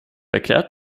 erklärt